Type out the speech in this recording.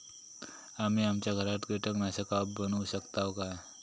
आम्ही आमच्या घरात कीटकनाशका बनवू शकताव काय?